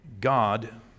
God